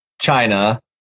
China